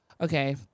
okay